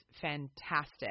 fantastic